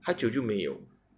开酒就没有